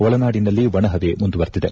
ಒಳನಾಡಿನಲ್ಲಿ ಒಣಹವೆ ಮುಂದುವರೆದಿದೆ